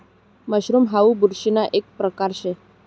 mushroom हाऊ बुरशीना एक परकार शे